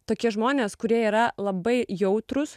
tokie žmonės kurie yra labai jautrūs